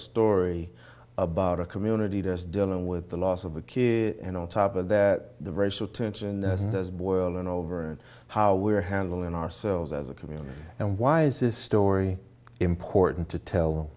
story about a community that is dealing with the loss of a kid and on top of that the racial tension has boiled over and how we're handling ourselves as a community and why is this story important to tell